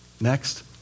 Next